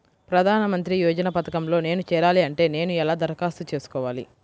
ప్రధాన మంత్రి యోజన పథకంలో నేను చేరాలి అంటే నేను ఎలా దరఖాస్తు చేసుకోవాలి?